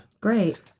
Great